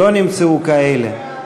לא נמצאו כאלה.